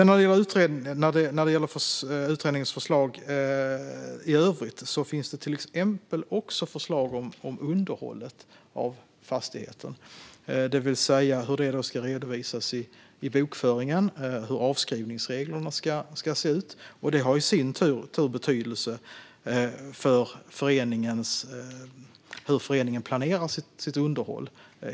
När det gäller utredningens förslag i övrigt finns det till exempel också förslag om underhållet av fastigheten - om hur detta ska redovisas i bokföringen och hur avskrivningsreglerna ska se ut. Detta har i sin tur betydelse för hur föreningen planerar sitt underhåll.